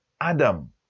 Adam